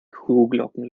kuhglocken